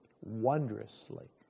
wondrously